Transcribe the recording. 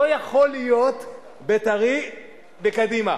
לא יכול להיות בית"רי בקדימה.